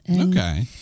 Okay